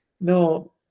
No